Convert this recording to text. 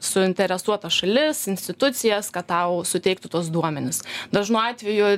uinteresuotas šalis institucijas kad tau suteiktų tuos duomenis dažnu atveju